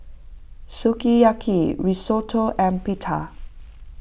Sukiyaki Risotto and Pita